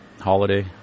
holiday